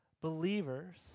believers